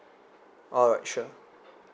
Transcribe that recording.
alright sure